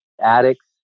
addicts